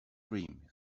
dream